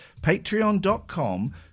Patreon.com